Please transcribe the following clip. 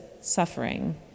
suffering